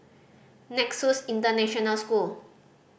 Nexus International School